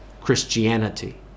christianity